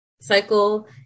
cycle